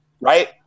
right